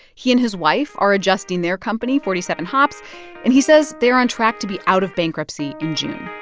he and his wife are adjusting their company forty seven hops and he says they're on track to be out of bankruptcy in june